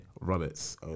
Roberts